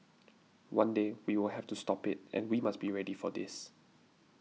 one day we will have to stop it and we must be ready for this